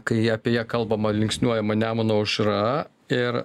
kai apie ją kalbama linksniuojama nemuno aušra ir